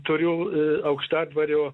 turiu aukštadvario